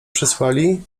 przysłali